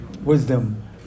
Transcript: wisdom